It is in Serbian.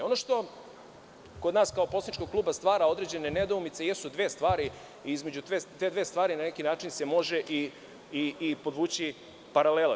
Ono što kod nas kao poslaničkog kluba stvara određene nedoumice jesu dve stvari i između te dve stvari na neki način se može i podvući paralela.